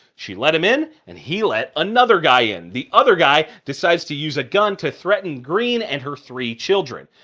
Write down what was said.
she let him in, and he let another guy in. the other guy decides to use a gun to threaten green and her three children.